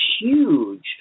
huge